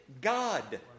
God